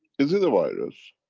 is it a virus?